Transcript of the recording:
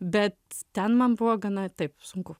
bet ten man buvo gana taip sunku